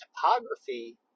topography